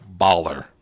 Baller